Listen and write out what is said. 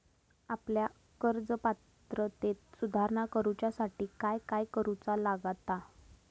आपल्या कर्ज पात्रतेत सुधारणा करुच्यासाठी काय काय करूचा लागता?